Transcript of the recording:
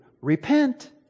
Repent